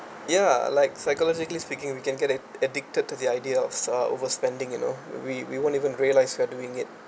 ya like psychologically speaking we can get ad~ addicted to the idea of uh overspending you know we we won't even realise we are doing it